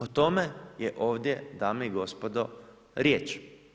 O tome je ovdje dame i gospodo riječ.